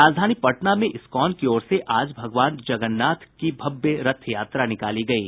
राजधानी पटना में इस्कॉन की ओर आज से भगवान जगन्नाथ की भव्य रथ यात्रा निकाली गयी